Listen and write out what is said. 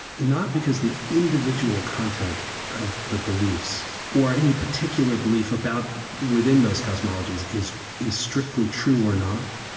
not because the individual content of the beliefs or any particular belief about, within those cosmologies is is strictly true or not.